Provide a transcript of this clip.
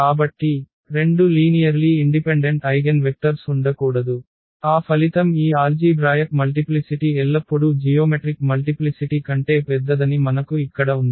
కాబట్టి రెండు linearly independent eigen vectors ఉండకూడదు ఆ ఫలితం ఈ ఆల్జీభ్రాయక్ మల్టిప్లిసిటి ఎల్లప్పుడూ జియోమెట్రిక్ మల్టిప్లిసిటి కంటే పెద్దదని మనకు ఇక్కడ ఉంది